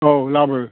औ लाबो